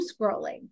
scrolling